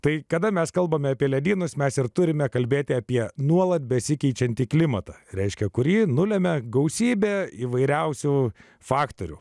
tai kada mes kalbame apie ledynus mes ir turime kalbėti apie nuolat besikeičiantį klimatą reiškia kurį nulemia gausybė įvairiausių faktorių